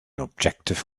objective